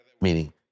meaning